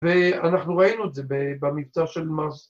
‫ואנחנו ראינו את זה במקצוע של מס.